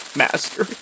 master